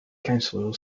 council